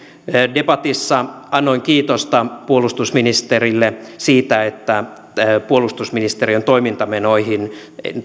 debatissa annoin kiitosta puolustusministerille siitä että puolustusministeriön toimintamenoihin